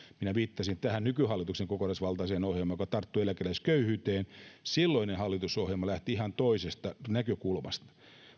minä viittasin tähän nykyhallituksen kokonaisvaltaiseen ohjelmaan joka tarttui eläkeläisköyhyyteen silloinen hallitusohjelma lähti ihan toisesta näkökulmasta